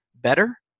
better